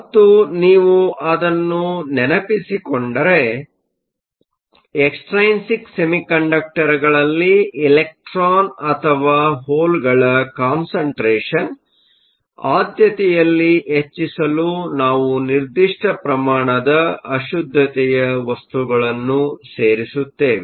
ಮತ್ತು ನೀವು ಅದನ್ನು ನೆನಪಿಸಿಕೊಂಡರೆ ಎಕ್ಸ್ಟ್ರೈನಿಕ್ ಸೆಮಿಕಂಡಕ್ಟರ್ಗಳಲ್ಲಿ ಎಲೆಕ್ಟ್ರಾನ್ ಅಥವಾ ಹೋಲ್ಗಳ ಕಾನ್ಸಂಟ್ರೇಷನ್ ಆದ್ಯತೆಯಲ್ಲಿ ಹೆಚ್ಚಿಸಲು ನಾವು ನಿರ್ದಿಷ್ಟ ಪ್ರಮಾಣದ ಅಶುದ್ಧತೆಯ ವಸ್ತುಗಳನ್ನು ಸೇರಿಸುತ್ತೇವೆ